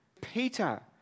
Peter